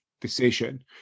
decision